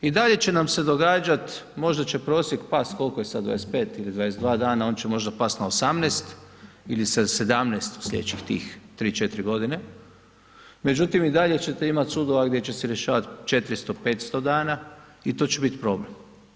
I dalje će nam se događat, možda će prosjek past, koliko je sad, 25 ili 22 dana, on će možda past na 18 ili 17 slijedećih tih 3, 4 g., međutim i dalje ćete imati sudova gdje će se rješavati 400, 500 dana i to će bit problem.